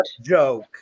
joke